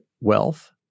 wealth